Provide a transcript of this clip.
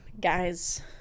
guys